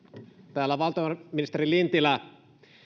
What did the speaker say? täällä valtiovarainministeri lintilä